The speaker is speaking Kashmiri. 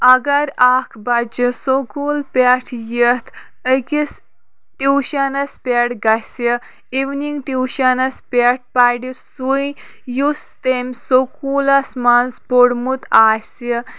اگر اَکھ بَچہِ سکوٗل پٮ۪ٹھ یِتھ أکِس ٹیوٗشَنَس پٮ۪ٹھ گَژھِ اِونِنٛگ ٹیوٗشَنَس پٮ۪ٹھ پَرِ سُے یُس تٔمۍ سکوٗلَس منٛز پوٚرمُت آسہِ